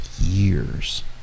years